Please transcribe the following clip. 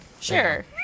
Sure